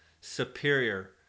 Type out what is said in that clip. Superior